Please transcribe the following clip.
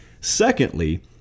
secondly